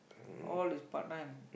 all is part time